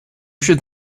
should